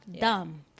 dumb